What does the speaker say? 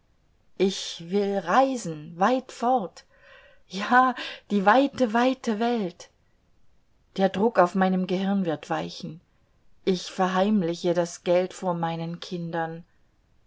ich will reisen weit fort ja die weite weite welt der druck auf meinem gehirn wird weichen ich verheimliche das geld vor meinen kindern